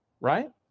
right